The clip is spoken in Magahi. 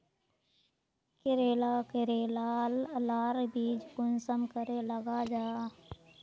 करेला करेलार बीज कुंसम करे लगा जाहा?